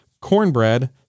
cornbread